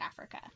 Africa